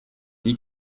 dit